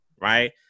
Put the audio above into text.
right